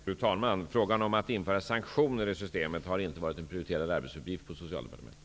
Fru talman! Frågan om att införa sanktioner i systemet har inte varit en prioriterad arbetsuppgift på Socialdepartementet.